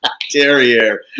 Terrier